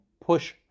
push